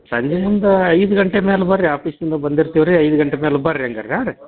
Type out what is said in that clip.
ಸಂಜೆ ಮುಂದೆ ಐದು ಗಂಟೆ ಮ್ಯಾಲೆ ಬನ್ರಿ ಆಫೀಸಿಂದ ಬಂದಿರ್ತೀವಿ ರೀ ಐದು ಗಂಟೆ ಮ್ಯಾಲೆ ಬನ್ರಿ ಹಂಗಾರೆ ಆಂ ರಿ